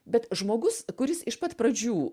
bet žmogus kuris iš pat pradžių